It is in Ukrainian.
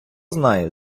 знає